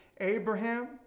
Abraham